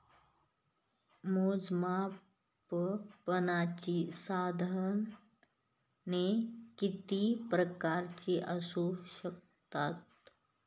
मोजमापनाची साधने किती प्रकारची असू शकतात?